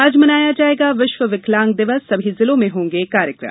आज मनाया जायेगा विश्व विकलांग दिवस सभी जिलों में होंगे कार्यक्रम